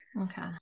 okay